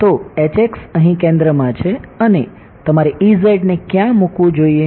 તો અહીં કેન્દ્રમાં છે અને તમારે ને ક્યાં મૂકવું જોઈએ